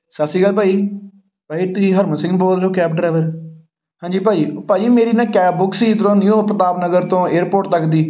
ਸਤਿ ਸ਼੍ਰੀ ਅਕਾਲ ਭਾਅ ਜੀ ਭਾਅ ਜੀ ਤੁਸੀਂ ਹਰਮਨ ਸਿੰਘ ਬੋਲ ਰਹੇ ਹੋ ਕੈਬ ਡਰਾਈਵਰ ਹਾਂਜੀ ਭਾਅ ਜੀ ਭਾਅ ਜੀ ਮੇਰੀ ਨਾ ਕੈਬ ਬੁੱਕ ਸੀ ਇੱਧਰੋਂ ਨਿਊ ਪ੍ਰਤਾਪ ਨਗਰ ਤੋਂ ਏਅਰਪੋਰਟ ਤੱਕ ਦੀ